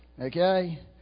Okay